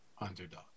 underdog